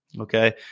Okay